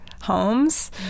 homes